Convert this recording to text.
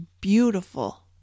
beautiful